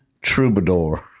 troubadour